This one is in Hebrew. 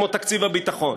כמו תקציב הביטחון.